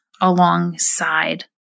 alongside